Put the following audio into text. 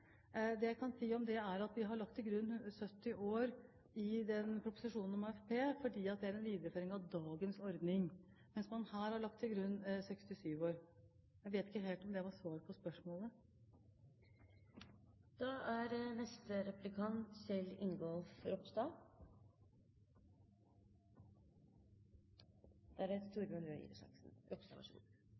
Det jeg kan si om det, er at vi har lagt til grunn 70 år i proposisjonen om AFP, fordi det er en viktig videreføring av dagens ordning, mens man her har lagt til grunn 67 år. Jeg vet ikke helt om det var svaret på